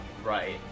right